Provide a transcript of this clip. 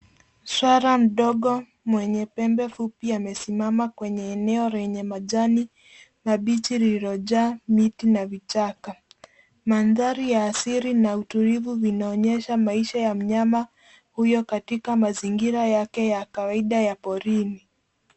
Swara mdogo mwenye pembe fupi amesimama kwenye eneo lenye majani mabichi lililojaa miti na vichaka. Mandhari ya asili na utulivu vinaonyesha maisha ya mnyama hyo katika mazingira yake ya kawaida ya porini.